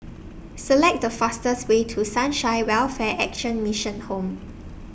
Select The fastest Way to Sunshine Welfare Action Mission Home